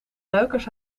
duikers